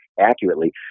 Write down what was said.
accurately